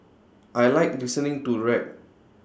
I Like listening to rap